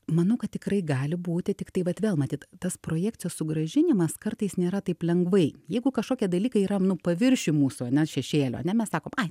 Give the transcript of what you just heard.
manau kad tikrai gali būti tiktai vat vėl matyt tas projekcijos sugrąžinimas kartais nėra taip lengvai jeigu kažkokie dalykai yra nu paviršiuj mūsų ane šešėlio ane mes sakom ai